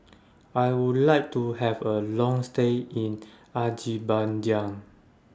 I Would like to Have A Long stay in Azerbaijan